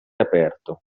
aperto